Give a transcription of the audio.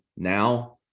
Now